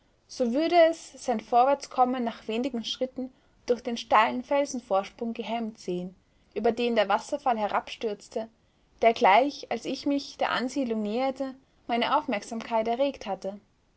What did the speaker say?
so würde es sein vorwärtskommen nach wenigen schritten durch den steilen felsenvorsprung gehemmt sehen über den der wasserfall herabstürzte der gleich als ich mich der ansiedlung näherte meine aufmerksamkeit erregt hatte